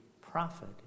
prophet